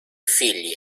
figli